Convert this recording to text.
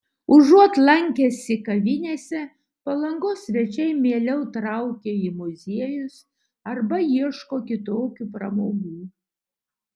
užuot lankęsi kavinėse palangos svečiai mieliau traukia į muziejus arba ieško kitokių pramogų